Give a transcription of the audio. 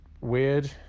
weird